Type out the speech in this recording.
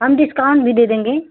हम डिस्काउंट भी दे देंगे